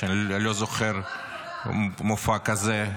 שאני לא זוכר מופע כזה.